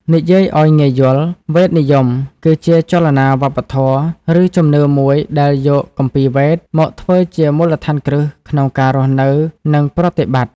និយាយឱ្យងាយយល់ វេទនិយមគឺជាចលនាវប្បធម៌ ឬជំនឿមួយដែលយក គម្ពីរវេទ មកធ្វើជាមូលដ្ឋានគ្រឹះក្នុងការរស់នៅ និងប្រតិបត្តិ។